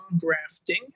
grafting